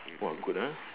oh good ah